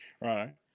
Right